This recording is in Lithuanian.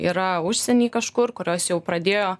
yra užsieny kažkur kurios jau pradėjo